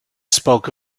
spoke